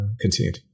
continued